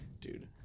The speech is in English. Dude